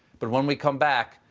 but when we come back,